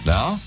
Now